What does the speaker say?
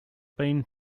been